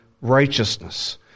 righteousness